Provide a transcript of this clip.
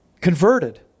converted